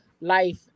life